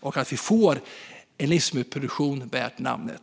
och få en livsmedelsproduktion värd namnet.